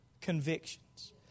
convictions